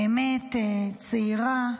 באמת, צעירה,